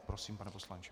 Prosím, pane poslanče.